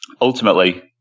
ultimately